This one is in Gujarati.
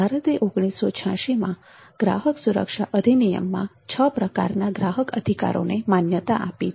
ભારતે ૧૯૮૬માં ગ્રાહક સુરક્ષા અધિનિયમમાં છ પ્રકારના ગ્રાહક અધિકારોને માન્યતા આપી છે